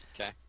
Okay